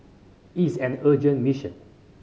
is an urgent mission